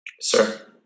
Sir